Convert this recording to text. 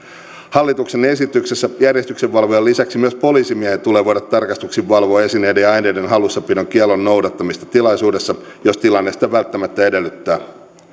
hallituksen esityksessä järjestyksenvalvojan lisäksi myös poliisimiehen tulee voida tarkastuksin valvoa esineiden ja aineiden hallussapidon kiellon noudattamista tilaisuudessa jos tilanne sitä välttämättä edellyttää